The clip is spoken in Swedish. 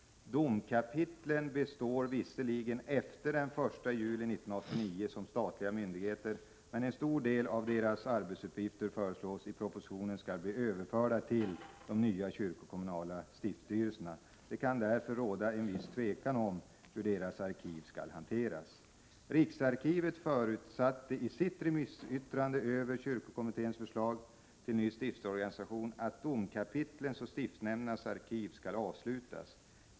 Domkapitlen består visserligen efter den 1 juli 1989 som statliga myndigheter, men en stor del av deras arbetsuppgifter föreslås i propositionen bli överförda till de nya kyrkokommunala stiftsstyrelserna. Det kan därför råda en viss tvekan om hur deras arkiv skall hanteras. Riksarkivet förutsatte i sitt remissyttrande över kyrkokommitténs förslag till ny stiftsorganisation att domkapitlens och stiftsnämndernas arkiv skall avslutas.